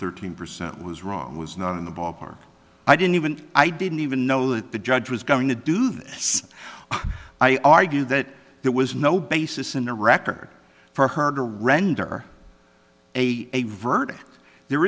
thirteen percent was wrong was not in the ballpark i didn't even i didn't even know that the judge was going to do this i argued that there was no basis in the record for her to render a verdict there